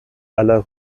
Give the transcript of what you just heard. aller